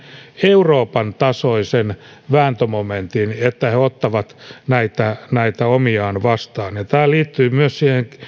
euroopan tasoisen vääntömomentin että he ottavat näitä näitä omiaan vastaan tämä liittyy myös siihen